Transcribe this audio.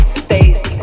space